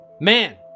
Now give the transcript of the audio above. Man